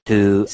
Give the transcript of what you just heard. Two